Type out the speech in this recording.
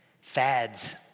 Fads